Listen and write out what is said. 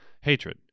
Hatred